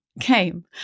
came